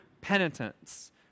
penitence